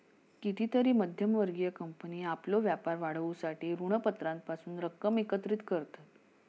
कितीतरी मध्यम वर्गीय कंपनी आपलो व्यापार वाढवूसाठी ऋणपत्रांपासून रक्कम एकत्रित करतत